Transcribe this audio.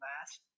last